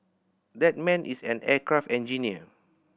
that man is an aircraft engineer